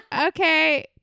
Okay